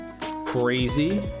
crazy